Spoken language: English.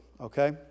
okay